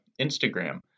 Instagram